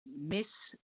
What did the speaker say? miss